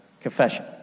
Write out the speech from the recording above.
confession